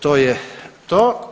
To je to.